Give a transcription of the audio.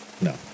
No